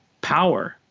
power